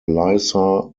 lisa